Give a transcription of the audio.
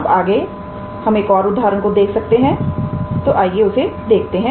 अब आगे हम एक और उदाहरण को देख सकते हैं तो उसे देखते हैं